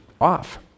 off